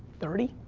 thirty.